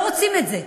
לא רוצים את זה.